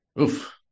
Oof